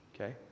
Okay